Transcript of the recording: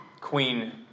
Queen